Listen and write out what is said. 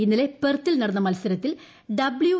ഇന്നലെ പെർത്തിൽ നടന്ന മത്സരത്തിൽ ഡബ്യു